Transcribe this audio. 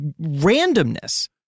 randomness